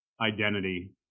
identity